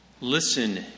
Listen